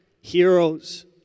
heroes